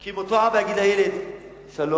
כי אם אותו אבא יגיד לילד: שלום,